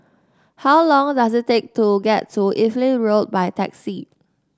how long does it take to get to Evelyn Road by taxi